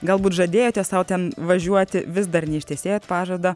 galbūt žadėjote sau ten važiuoti vis dar neištesėjot pažado